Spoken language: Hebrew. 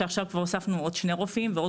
עכשיו כבר הוספנו עוד שני רופאים ועוד